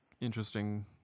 interesting